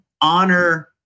honor